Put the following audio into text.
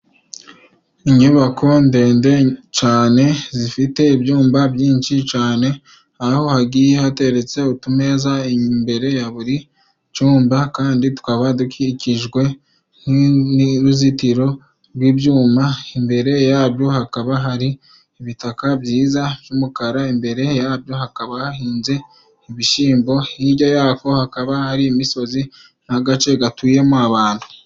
Inyubako ndende cane zifite ibyumba byinshi cane, aho hagiye hateretse utumeza imbere ya buri cumba kandi tukaba dukikijwe n'uruzitiro rw'ibyuma, imbere yabyo hakaba hari ibitaka byiza by'umukara, imbere yabyo hakaba hahinze ibishyimbo, hirya yaho hakaba hari imisozi n'agace gatuyemo abantu.